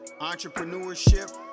entrepreneurship